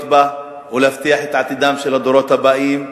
בה ולהבטיח את עתידם של הדורות הבאים,